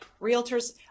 realtors